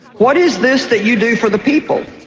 what is this that you do for the people,